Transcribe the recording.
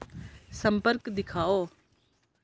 संपर्क दिखाओ